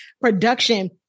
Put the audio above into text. Production